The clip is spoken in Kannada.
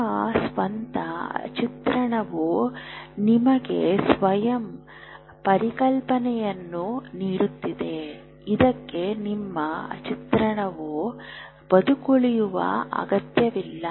ನಿಮ್ಮ ಸ್ವಂತ ಚಿತ್ರಣವು ನಿಮಗೆ ಸ್ವಯಂ ಪರಿಕಲ್ಪನೆಯನ್ನು ನೀಡುತ್ತಿದೆ ಇದಕ್ಕೆ ನಿಮ್ಮ ಚಿತ್ರಣವು ಬದುಕುಳಿಯುವ ಅಗತ್ಯವಿಲ್ಲ